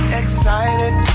excited